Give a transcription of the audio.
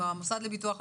עם המוסד לביטוח הלאומי.